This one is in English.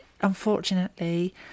Unfortunately